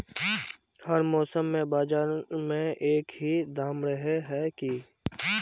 हर मौसम में बाजार में एक ही दाम रहे है की?